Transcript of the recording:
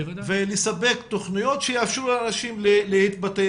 ולספק תכניות שיאפשרו לאנשים להתפתח